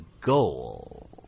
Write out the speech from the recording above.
goal